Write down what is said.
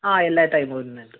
ആ എല്ലാ ടൈമും വരുന്നുണ്ട്